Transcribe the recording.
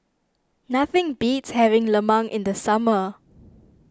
nothing beats having Lemang in the summer